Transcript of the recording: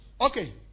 Okay